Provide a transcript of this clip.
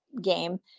game